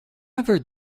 ever